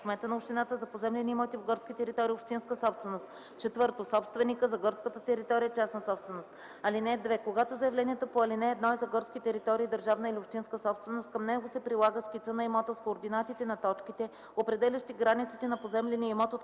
кмета на общината – за поземлени имоти в горски територии - общинска собственост; 4. собственика – за горската територия, частна собственост. (2) Когато заявлението по ал. 1 е за горски територии – държавна или общинска собственост, към него се прилага скица на имота с координатите на точките, определящи границите на поземления имот от